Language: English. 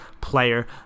player